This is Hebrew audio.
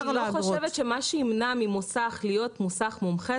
אני לא חושבת שמה שימנע ממוסך להיות מוסך מומחה,